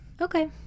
Okay